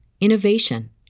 innovation